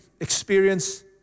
experience